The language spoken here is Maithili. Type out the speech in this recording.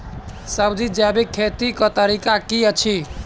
सब्जी केँ जैविक खेती कऽ तरीका की अछि?